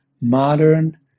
modern